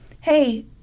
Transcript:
hey